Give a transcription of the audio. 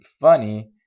funny